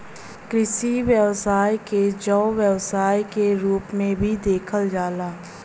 कृषि व्यवसाय क जैव व्यवसाय के रूप में भी देखल जाला